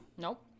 Nope